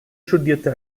studierte